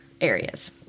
areas